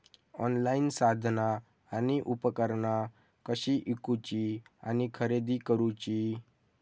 Online साधना आणि उपकरणा कशी ईकूची आणि खरेदी करुची?